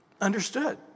understood